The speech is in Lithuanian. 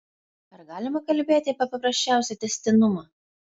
ar galima kalbėti apie paprasčiausią tęstinumą